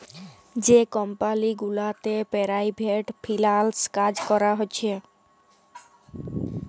যে কমপালি গুলাতে private freelance কাজ ক্যরা হছে